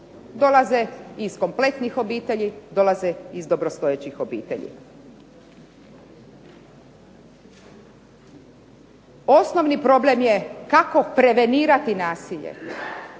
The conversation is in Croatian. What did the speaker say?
Dolaze iz kompletnih obitelji, dolaze iz dobrostojećih obitelji. Osnovni problem je kako prevenirati nasilje.